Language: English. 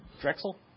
Drexel